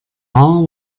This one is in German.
haar